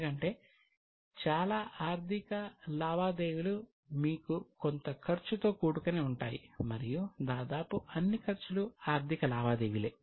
ఎందుకంటే చాలా ఆర్థిక లావాదేవీలు మీకు కొంత ఖర్చుతో కూడుకొని ఉంటాయి మరియు దాదాపు అన్ని ఖర్చులు ఆర్థిక లావాదేవీలే